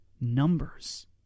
numbers